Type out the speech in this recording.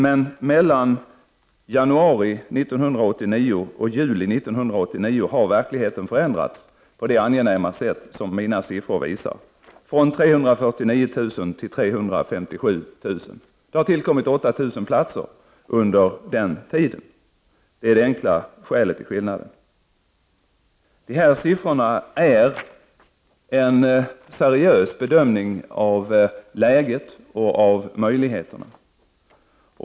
Men mellan januari och juli 1989 förändrades verkligheten på det angenäma sätt som mina siffror visar. Antalet platser ökade från 349 000 till 357 000. 8000 platser har alltså tillkommit under nämnda tid. Det är det enkla skälet till skillnaden. Siffrorna ger uttryck för en seriös bedömning av både läge och möjligheter.